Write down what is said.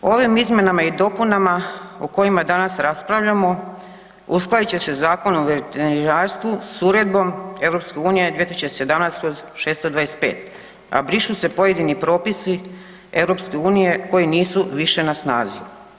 Ovim izmjenama i dopunama o kojima danas raspravljamo uskladit će se Zakon o veterinarstvu s Uredbom EU 2017/625, a brišu se pojedini propisi EU koji nisu više na snazi.